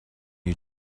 you